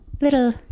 little